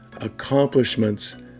accomplishments